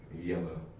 yellow